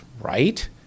right